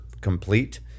complete